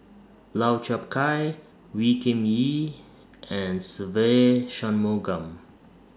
Lau Chiap Khai Wee Kim Wee and Se Ve Shanmugam